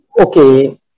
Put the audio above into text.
okay